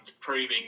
proving